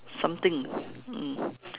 something mm